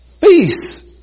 peace